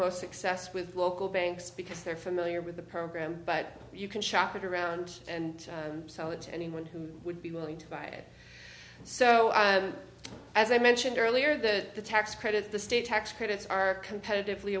most success with local banks because they're familiar with the program but you can shop it around and sell it to anyone who would be willing to buy it so as i mentioned earlier the tax credits the state tax credits are competitively